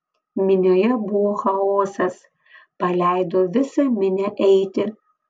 minioje buvo chaosas paleido visą minią eiti